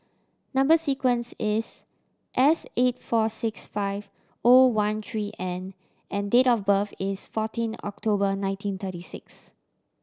number sequence is S eight four six five O one three N and date of birth is fourteen October nineteen thirty six